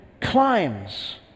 climbs